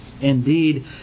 Indeed